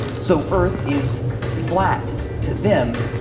so earth is flat to them,